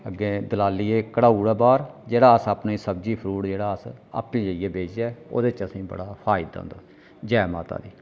अग्गै दलाली एह् कढाई ओड़ै बाह्र जेह्ड़ा अस अपनी सब्जी फ्रूट जेह्ड़ा अस आपूं जाइयै बेचचै ओह्दे च असेंगी बड़ा फायदा होंदा जय माता दी